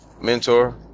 mentor